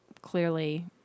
clearly